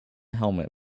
helmet